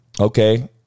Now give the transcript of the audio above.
okay